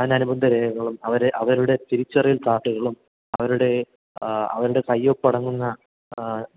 അതിനനുബന്ധ രേഖകളും അവരെ അവരുടെ തിരിച്ചറിയൽ കാർഡുകളും അവരുടെ അവരുടെ കൈയൊപ്പ് അടങ്ങുന്ന